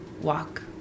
walk